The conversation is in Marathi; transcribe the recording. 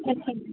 अच्छा